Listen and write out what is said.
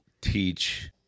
teach